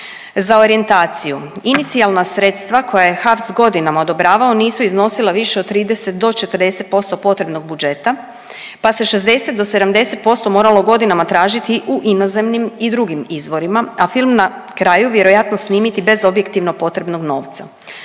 Za orijentaciju, inicijalna sredstva koja je HAVC godinama odobravao nisu iznosila više od 30 do 40% potrebno budžeta pa se 60 do 70% moralo godinama tražiti u inozemnim i drugim izvorima, a film na kraju vjerojatno snimiti bez objektivno potrebnog novca.